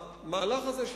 המהלך הזה,